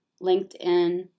LinkedIn